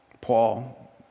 Paul